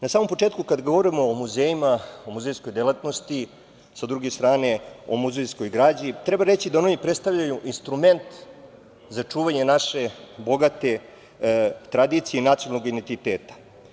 Na samom početku, kada govorimo o muzejima, o muzejskoj delatnosti, sa druge strane o muzejskoj građi, treba reći da oni predstavljaju instrument za čuvanje naše bogate tradicije i nacionalnog identiteta.